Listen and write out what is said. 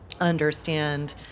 understand